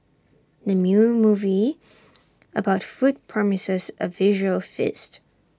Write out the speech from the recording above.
the new movie about food promises A visual feast